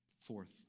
Fourth